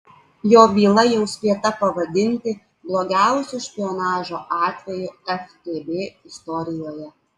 jo byla jau spėta pavadinti blogiausiu špionažo atveju ftb istorijoje